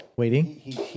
waiting